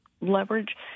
leverage